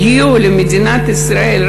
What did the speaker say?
הגיעו למדינת ישראל,